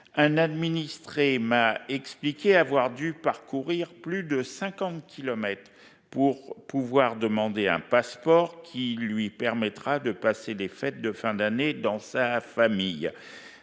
Un administré m'a expliqué avoir dû parcourir plus de cinquante kilomètres pour demander un passeport, qui lui permettra de passer les fêtes de fin d'année dans sa famille